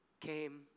came